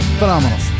phenomenal